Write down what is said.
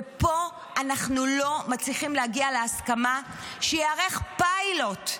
ופה אנחנו לא מצליחים להגיע להסכמה שייערך פיילוט,